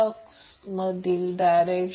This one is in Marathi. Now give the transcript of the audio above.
समजा ते तेथे नाही प्रथम ते काढून टाका